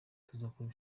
tuzakora